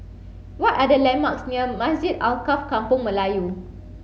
what are the landmarks near Masjid Alkaff Kampung Melayu